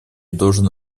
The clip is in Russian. должен